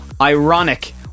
ironic